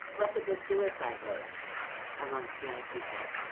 look at the suicide rate amongst young people.